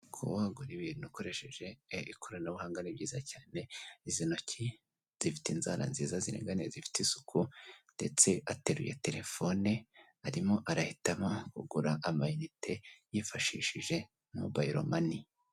Kuba wagura ibintu ukoresheje ikoranabuhanga ni byiza cyane. Izi ntoki zifite inzara nziza ziringaniye zifite isuku ndetse ateruye telefone arimo arahitamo kugura amayinite yifashishije Mobayiro mani.